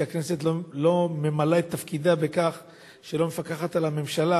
שהכנסת לא ממלאה את תפקידה בכך שהיא לא מפקחת על הממשלה